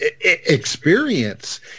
experience